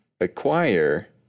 acquire